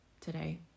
today